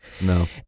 No